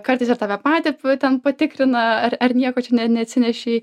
kartais ir tave patį ten patikrina ar ar nieko čia neatsinešei